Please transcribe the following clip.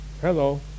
Hello